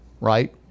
right